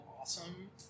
awesome